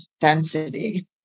density